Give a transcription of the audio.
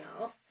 else